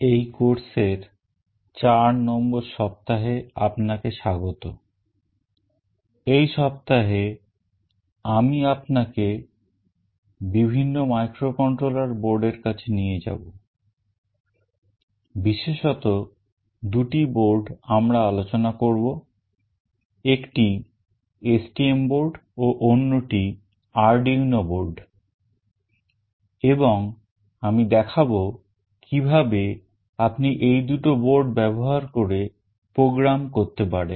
এই কোর্সের ব্যবহার করে program করতে পারেন